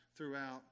throughout